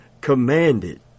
commanded